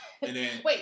Wait